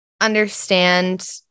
understand